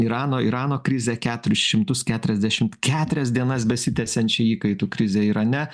irano irano krizę keturis šimtus keturiasdešimt keturias dienas besitęsiančią įkaitų krizę irane